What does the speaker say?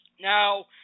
now